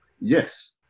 Yes